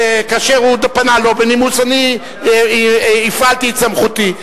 כאשר הוא פנה לא בנימוס, אני הפעלתי את סמכותי.